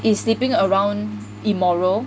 is sleeping around immoral